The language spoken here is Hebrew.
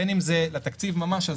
בין אם זה לתקציב הזה ממש,